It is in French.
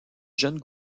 jeune